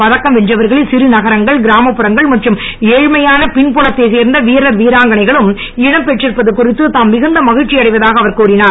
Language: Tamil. பதக்கம் வென்றவர்களில் சிறு நகரங்கள் இராமப் புறங்கள் மற்றும் ஏழ்மையான பின்புலத்தைச் சேர்ந்த வீரர் வீராங்கனைகளும் இடம் பெற்றிருப்பது குறித்து தாம் மிகுந்த மகிழ்ச்சி அடைவாக அவர் கூறினார்